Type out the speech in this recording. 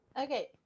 okay